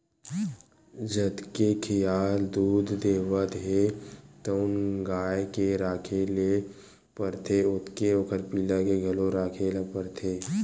जतके खियाल दूद देवत हे तउन गाय के राखे ल परथे ओतके ओखर पिला के घलो राखे ल परथे